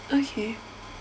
okay